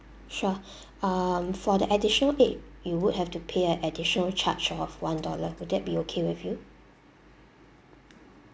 sure um for the additional egg you would have to pay an additional charge of one dollar would that be okay with you